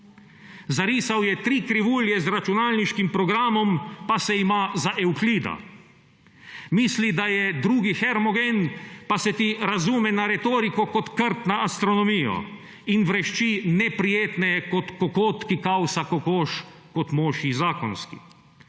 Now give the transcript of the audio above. Zarisal je tri krivulje z računalniškim programom, pa se ima za Evklida. Misli, da je drugi Hermogen, pa se ti razume na retoriko kot krt na astronomijo in vrešči neprijetne kot kokot, ki kavsa kokoš kot mož zakonski.